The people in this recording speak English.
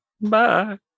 Bye